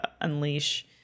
unleash